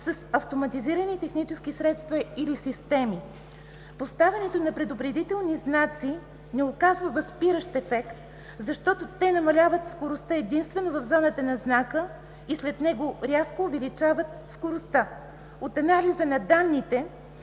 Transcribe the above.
с автоматизирани технически средства или системи. Поставянето на предупредителни знаци не оказва възпиращ ефект, защото те намаляват скоростта единствено в зоната на знака и след него рязко увеличават скоростта. От анализа на данните